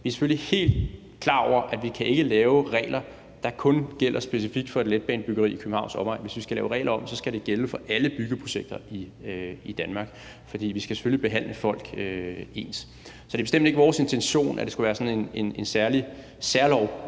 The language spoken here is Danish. Vi er selvfølgelig helt klar over, at vi ikke kan lave regler, der kun gælder specifikt for et letbanebyggeri i Københavns omegn. Hvis vi skal lave reglerne om, skal det gælde for alle byggeprojekter i Danmark, for vi skal selvfølgelig behandle folk ens. Så det er bestemt ikke vores intention, at det skal være sådan en særlov,